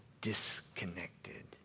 disconnected